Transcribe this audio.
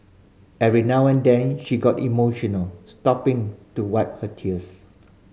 every now and then she got emotional stopping to wipe her tears